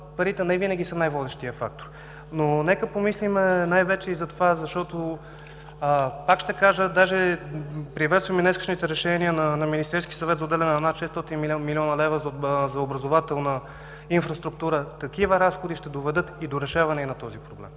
парите невинаги са най-водещият фактор. Да помислим най-вече и затова, защото пак ще кажа, приветствам и днешните решения на Министерския съвет за отделяне на над 600 млн. лв. за образователна инфраструктура. Такива разходи ще доведат и до решаване, и на този проблем.